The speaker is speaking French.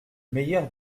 meilleur